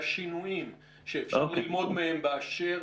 לשינויים שאפשר ללמוד מהם באשר